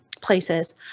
places